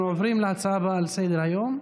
אנחנו עוברים להצעה הבאה על סדר-היום: